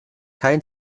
kein